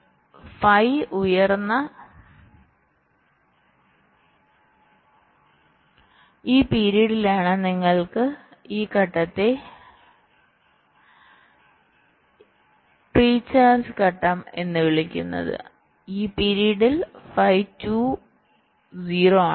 phi 1 ഉയർന്ന ഈ പീരിഡിലാണ് നിങ്ങൾ ഈ ഘട്ടത്തെ പ്രീചാർജ് ഘട്ടം എന്ന് വിളിക്കുന്നത് ഈ പീരിഡിൽ ഫൈ 2 0ആണ്